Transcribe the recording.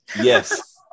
Yes